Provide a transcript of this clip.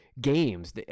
games